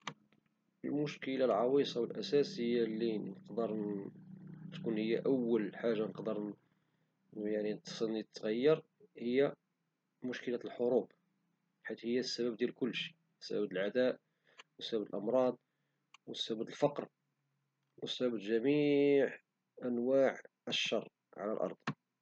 المشكلة العويصة والأساسية هي لي نقدر تكون هي اول حاجة نقدر نقول خصني تغير هي مشكلة الحروب حيت هي السبب ديال كلشي كتسبب العداء وهي السبب ديال الأمراض والسبب ديال الفقر والسبب ديال جميع أنواع الشر على الرض.